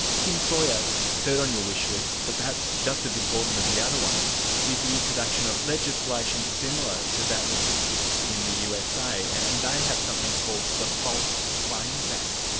so yeah they're on your wishlist, but perhaps just as important as the other ones is the introduction of legislation similar to that which exists in the usa, and and they have something called the false claims act.